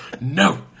No